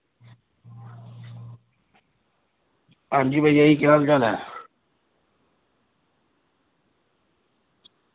आं जी भइया जी केह् हाल चाल ऐ